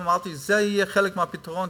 ואמרתי: זה יהיה חלק מהפתרון,